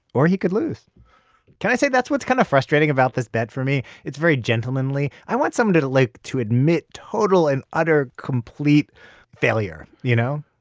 or he could lose can i say that's what's kind of frustrating about this bet for me? it's very gentlemanly. i want somebody to, like to admit total and utter complete failure, you know?